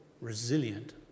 resilient